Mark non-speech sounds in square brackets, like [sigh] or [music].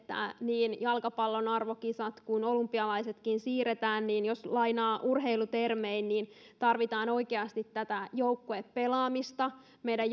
niin jalkapallon arvokisat kuin olympialaisetkin siirretään ja jos lainaa urheilutermejä niin tarvitaan oikeasti tätä joukkuepelaamista meidän [unintelligible]